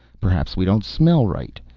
perhaps we don't smell right.